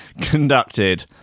conducted